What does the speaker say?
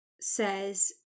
says